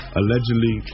allegedly